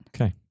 Okay